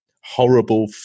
horrible